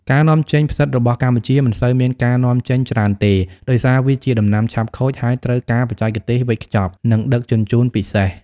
ការនាំចេញផ្សិតរបស់កម្ពុជាមិនសូវមានការនាំចេញច្រើនទេ ដោយសារវាជាដំណាំឆាប់ខូច ហើយត្រូវការបច្ចេកទេសវេចខ្ចប់ និងដឹកជញ្ជូនពិសេស។